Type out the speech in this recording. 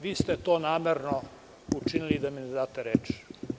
Vi ste to namerno učinili, da mi ne date reč.